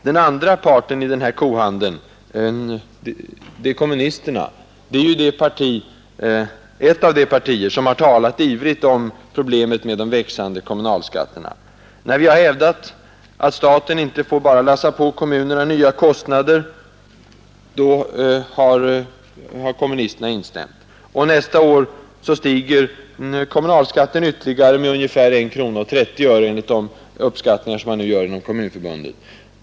Den andra parten i den här kohandeln, kommunisterna, är ett av de partier som har talat ivrigt om problemet med de växande kommunal skatterna. När vi har hävdat att staten inte bara får lassa på kommunerna nya kostnader, har kommunisterna instämt. Nästa år stiger kommunalskatten ytterligare med 1:30 enligt de uppskattningar som man nu gör inom Kommunförbundet.